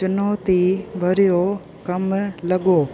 चुनौती भरियो कमु लॻो